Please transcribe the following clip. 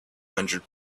hundred